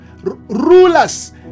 rulers